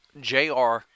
JR